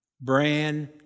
Brand